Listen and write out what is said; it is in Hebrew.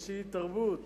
איזו תרבות